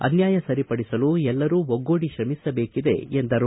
ಅನ್ಯಾಯ ಸರಿಪಡಿಸಲು ಎಲ್ಲರೂ ಒಗ್ಗೂಡಿ ಶ್ರಮಿಸಬೇಕಿದೆ ಎಂದರು